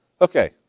Okay